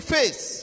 face